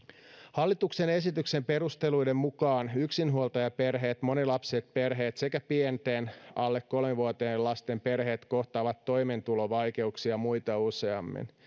hallituksen esityksen perusteluiden mukaan yksinhuoltajaperheet monilapsiset perheet sekä pienten alle kolme vuotiaiden lasten perheet kohtaavat toimeentulovaikeuksia muita useammin